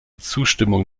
zustimmung